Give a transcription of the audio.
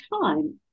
time